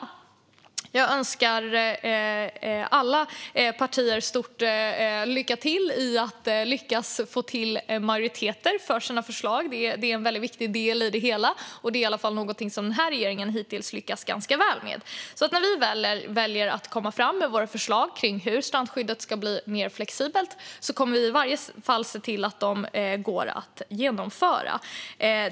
Jag önskar alla partier stor lycka i fråga om att lyckas få till majoriteter för sina förslag. Det är en viktig del i det hela, och det är något som den här regeringen hittills har lyckats ganska väl med. När vi väljer att komma fram med våra förslag om hur strandskyddet ska bli mer flexibelt kommer vi i varje fall att se till att de går att genomföra.